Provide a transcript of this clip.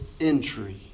entry